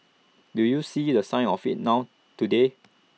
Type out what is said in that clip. do you see the signs of IT now today